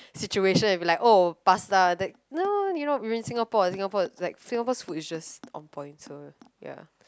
situation you be like oh pasta that no you know you're in Singapore Singapore like Singapore's food is just on point so ya